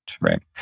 right